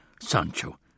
Sancho